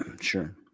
sure